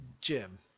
Jim